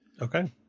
Okay